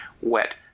wet